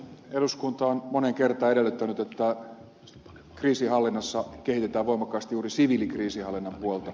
eduskunta on moneen kertaan edellyttänyt että kriisinhallinnassa kehitetään voimakkaasti juuri siviilikriisinhallinnan puolta